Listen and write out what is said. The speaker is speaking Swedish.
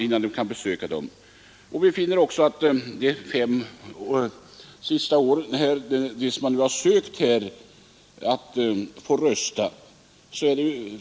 Under de senaste fem åren har också förvånansvä ansökt om rösträtt.